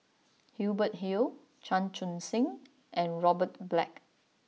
Hubert Hill Chan Chun Sing and Robert Black